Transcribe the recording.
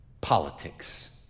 politics